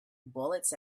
bullets